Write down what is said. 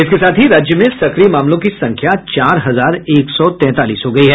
इसके साथ ही राज्य में सक्रिय मामलों की संख्या चार हजार एक सौ तैंतालीस हो गयी है